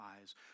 eyes